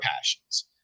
passions